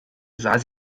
sah